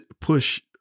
push